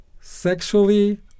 sexually